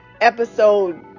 episode